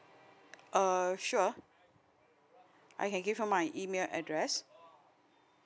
uh sure I can give you my email address